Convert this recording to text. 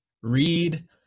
Read